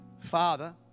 Father